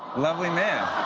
lovely man.